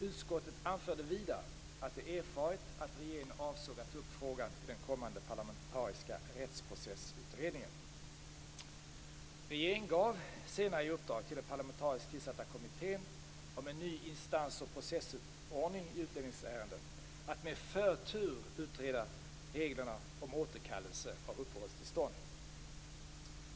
Utskottet anförde vidare att det erfarit att regeringen avsåg att ta upp frågan i den kommande parlamentariska rättsprocessutredningen. Regeringen gav senare i uppdrag till den parlamentariskt tillsatta kommittén om en ny instans och processordning i utlänningsärenden att med förtur utreda reglerna om återkallelse av uppehållstillstånd.